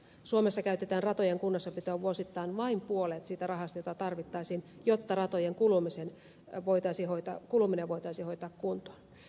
suomessa käytetään ratojen kunnossapitoon vuosittain vain puolet siitä rahasta jota tarvittaisiin jotta ratojen kuluminen voitaisiin hoitaa kuntoon